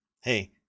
Hey